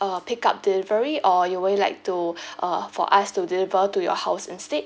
a pick up delivery or you will like to uh for us to deliver to your house instead